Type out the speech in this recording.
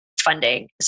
funding